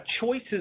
choices